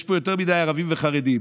יש פה יותר מדי ערבים וחרדים.